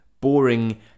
boring